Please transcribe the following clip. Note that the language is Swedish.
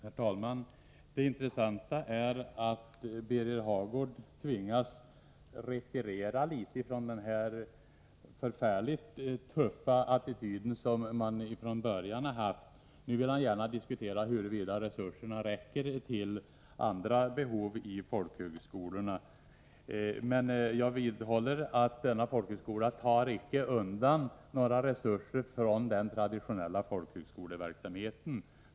Herr talman! Det intressanta är att Birger Hagård tvingas retirera litet från den förfärligt tuffa attityd som man från början haft. Nu vill han gärna diskutera huruvida resurserna räcker till andra behov i vad gäller folkhögskolorna. Jag vidhåller att denna folkhögskola inte tar undan några resurser från den traditionella folkhögskoleverksamheten.